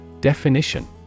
Definition